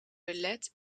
belet